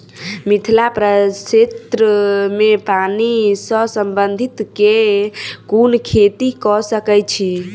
मिथिला प्रक्षेत्र मे पानि सऽ संबंधित केँ कुन खेती कऽ सकै छी?